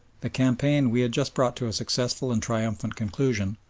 the campaign we had just brought to a successful and triumphant conclusion,